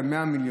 אז 100 מיליון.